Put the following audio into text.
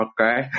Okay